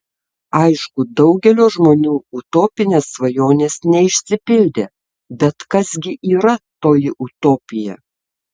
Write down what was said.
aišku daugelio žmonių utopinės svajonės neišsipildė bet kas gi yra toji utopija